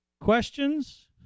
Questions